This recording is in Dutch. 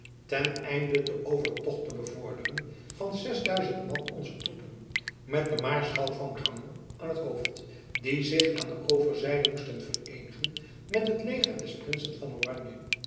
ten einde den overtocht te bevorderen van man onzer troepen met den maarschalk van grammont aan t hoofd die zich aan de overzijde moesten vereenigen met het leger des prinsen van oranje